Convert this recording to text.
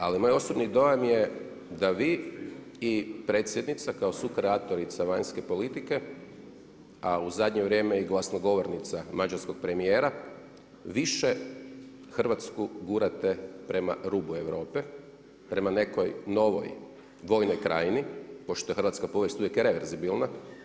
Ali moj osobni dojam je da vi i predsjednica kao sukreatorica vanjske politike, a u zadnje vrijeme i glasnogovornica mađarskog premijera više Hrvatsku gurate prema rubu Europe, prema nekoj novoj Vojnoj krajini pošto je hrvatska povijest uvijek reverzibilna.